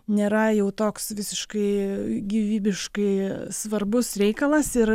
nėra jau toks visiškai gyvybiškai svarbus reikalas ir